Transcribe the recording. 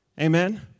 Amen